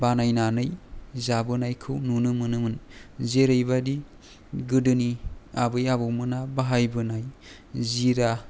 बानायनानै जाबोनायखौ नुनो मोनोमोन जेरैबायदि गोदोनि आबै आबौमोना बाहायबोनाय जिरा